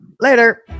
Later